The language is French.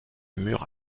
mur